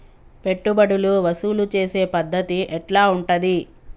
పెట్టుబడులు వసూలు చేసే పద్ధతి ఎట్లా ఉంటది?